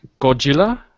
Godzilla